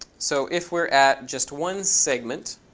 so if we're at just one segment